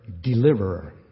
deliverer